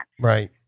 Right